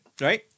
right